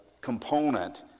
component